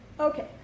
Okay